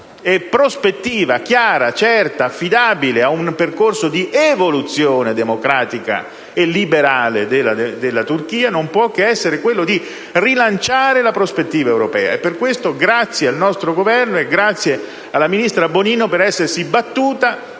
e prospettiva chiara, certa e affidabile ad un percorso di evoluzione democratica e liberale della Turchia non può che essere quello di rilanciare la prospettiva europea. Per questo motivo, ringrazio il nostro Governo e in particolare la ministra Bonino, che si è battuta